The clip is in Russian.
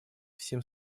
всем